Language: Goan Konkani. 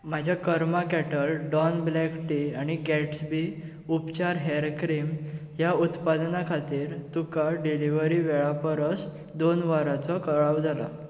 म्हज्या कर्मा केटल डॉन ब्लॅकटी आनी गॅट्सबी उपचार हेअर क्रीम ह्या उत्पादनां खातीर तुका डिलिव्हरी वेळा परस दोन वरांचो कळाव जाला